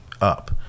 up